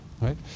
right